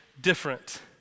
different